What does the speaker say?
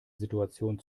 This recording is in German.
situation